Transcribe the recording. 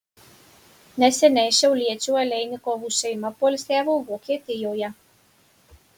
neseniai šiauliečių aleinikovų šeima poilsiavo vokietijoje